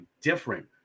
different